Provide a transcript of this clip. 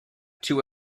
two